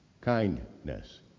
Kindness